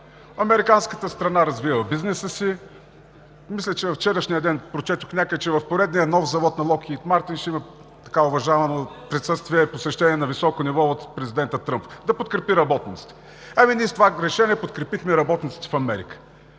Американската страна развива бизнеса си. Мисля, че във вчерашния ден прочетох някъде, че в поредния нов завод на „Локхийд Мартин“ ще има уважавано присъствие, посещение на високо ниво от президента Тръмп – да подкрепи работниците. С това решение ние подкрепихме работниците в Америка.